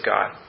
God